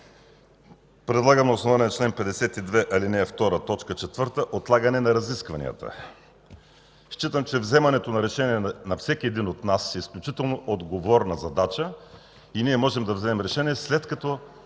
Предлагам на основание чл. 52, ал. 2, т. 4 отлагане на разискванията. Считам, че вземането на решение на всеки един от нас е изключително отговорна задача и ние можем да вземем решение, след като